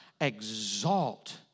exalt